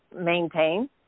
maintain